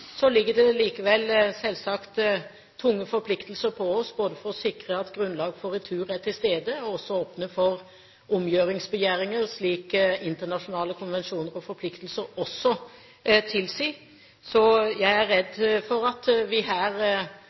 Så ligger det likevel, selvsagt, tunge forpliktelser på oss for å sikre at grunnlaget for retur er til stede. Vi må også åpne for omgjøringsbegjæringer, slik internasjonale konvensjoner og forpliktelser tilsier. Jeg er redd for at vi